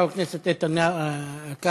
חבר הכנסת איתן כבל,